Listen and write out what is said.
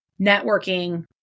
networking